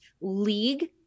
league